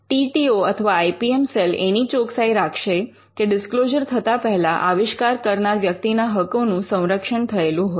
T T O અથવા I P M cell એની ચોકસાઈ રાખશે કે ડિસ્ક્લોઝર થતા પહેલા આવિષ્કાર કરનાર વ્યક્તિના હકોનું સંરક્ષણ થયેલું હોય